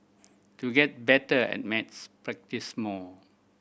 to get better at maths practise more